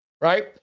right